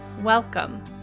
welcome